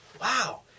Wow